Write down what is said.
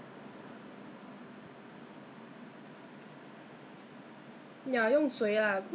but eh I heard before goat placenta but not from Face Shop but other products those those I bought from the